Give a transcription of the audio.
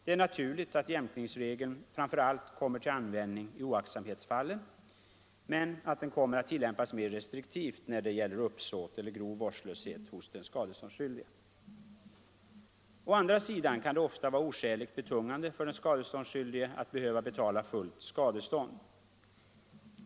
Det är naturligt att jämkningsregeln framför allt kommer till användning i oaktsamhetsfallen men att den kommer att tillämpas mer restriktivt när det gäller uppsåt eller grov vårdslöshet hos den skadeståndsskyldige. Å andra sidan kan det ofta vara oskäligt betungande för den skadeståndsskyldige att behöva betala fullt skadestånd.